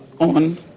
on